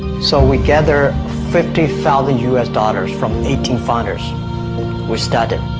so we gather fifty thousand us dollars from eighteen fighters we started